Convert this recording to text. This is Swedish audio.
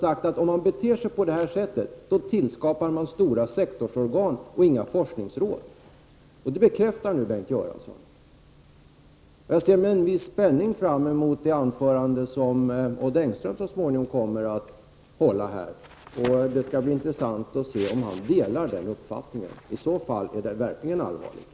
Vi har sagt att om man beter sig på det här sättet så tillskapar man stora sektorsorgan i stället för forskningsråd. Det bekräftar nu Bengt Göransson. Jag ser med en viss spänning fram emot det anförande som Odd Engström så småningom kommer att hålla här. Det skall bli intressant att se om han delar uppfattningen. I så fall är det verkligen allvarligt.